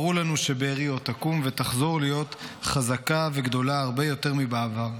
ברור לנו שבארי עוד תקום ותחזור להיות חזקה וגדולה הרבה יותר מבעבר.